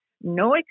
no